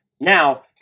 Now